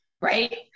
Right